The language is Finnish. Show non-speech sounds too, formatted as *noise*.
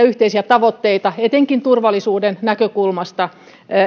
*unintelligible* yhteisiä tavoitteita etenkin turvallisuuden näkökulmasta